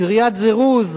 קריאת זירוז,